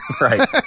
Right